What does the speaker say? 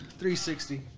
360